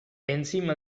encima